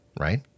right